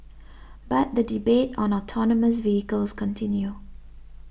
but the debate on autonomous vehicles continue